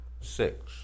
Six